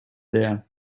there